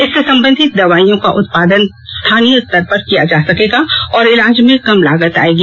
इससे संबंधित दवाइयों का उत्पादन स्थानीय स्तर पर किया जा सकेगा और इलाज में कम लागत आएगी